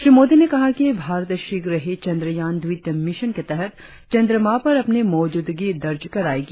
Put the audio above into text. श्री मोदी ने कहा कि भारत शीघ्र ही चंद्रयान द्वितीय मिशन के तहत चंद्रमा पर अपनी मौजूदगी दर्ज करायेगा